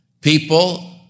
people